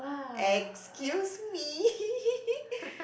excuse me